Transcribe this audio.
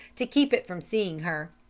to keep it from seeing her.